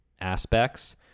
aspects